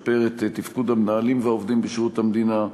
לשפר את תפקוד המנהלים והעובדים בשירות המדינה,